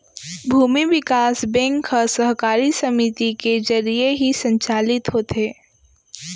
भूमि बिकास बेंक ह सहकारी समिति के जरिये ही संचालित होथे